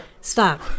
Stop